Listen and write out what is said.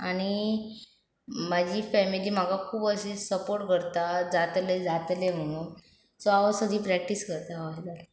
आनी म्हाजी फॅमिली म्हाका खूब अशी सपोर्ट करता जातले जातले म्हणून सो हांव सदी प्रॅक्टीस करता हय